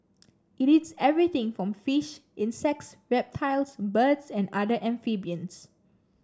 it eats everything from fish insects reptiles birds and other amphibians